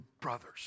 brothers